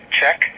check